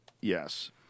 Yes